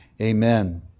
Amen